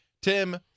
Tim